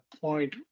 point